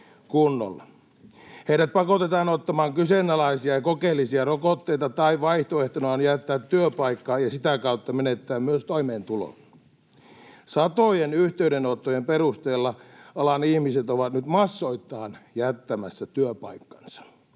Heidät pakotetaan ottamaan kyseenalaisia kokeellisia rokotteita, tai vaihtoehtona on jättää työpaikka ja sitä kautta menettää myös toimeentulo. Satojen yhteydenottojen perusteella alan ihmiset ovat nyt massoittain jättämässä työpaikkansa.